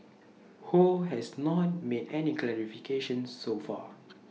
ho has not made any clarifications so far